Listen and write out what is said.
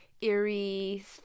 eerie